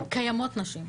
קיימות נשים.